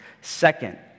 Second